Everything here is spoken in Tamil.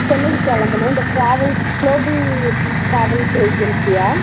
சென்னைக்கு கிளம்பணும் இந்த ட்ராவல்ஸ் க்ளோபல் ட்ராவல்ஸ் ஏஜென்சியா